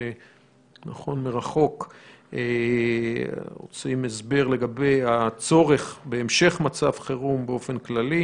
זום אנחנו רוצים הסבר לגבי הצורך בהמשך מצב חירום באופן כללי,